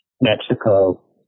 Mexico